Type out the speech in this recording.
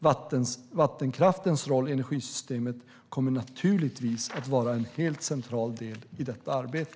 Vattenkraftens roll i energisystemet kommer naturligtvis att vara en helt central del i detta arbete.